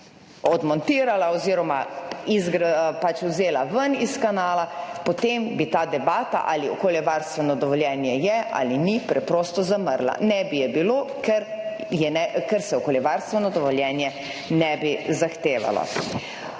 odmontirala oziroma pač vzela ven iz kanala, potem bi ta debata ali okoljevarstveno dovoljenje je ali ni, preprosto zamrla. Ne bi je bilo, ker se okoljevarstveno dovoljenje ne bi zahtevalo.